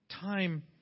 Time